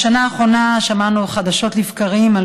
בשנה האחרונה שמענו חדשות לבקרים על